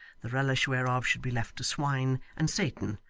the relish whereof should be left to swine, and satan,